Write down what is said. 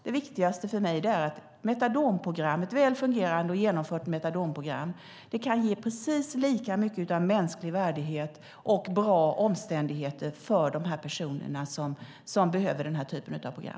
Det viktigaste för mig är att ett väl fungerande och genomfört metadonprogram kan ge precis lika mycket av mänsklig värdighet och bra omständigheter för de personer som behöver den här typen av program.